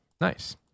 Nice